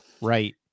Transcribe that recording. right